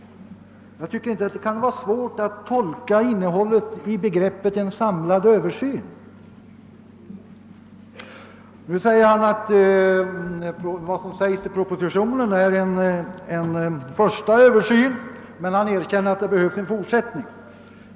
Det kan inte vara svårt att tolka innebörden av begreppet »en samlad översyn». Statsrådet anför att propositionens förslag innebär en första översyn men erkänner att det behövs en fortsättning.